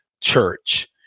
church